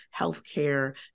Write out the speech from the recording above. healthcare